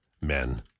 men